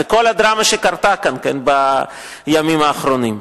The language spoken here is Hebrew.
זו כל הדרמה שקרתה כאן בימים האחרונים.